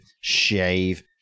shave